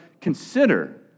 consider